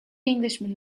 englishman